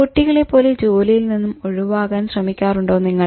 കുട്ടികളെ പോലെ ജോലിയിൽ നിന്നും ഒഴിവാക്കാൻ ശ്രമിക്കാറുണ്ടോ നിങ്ങൾ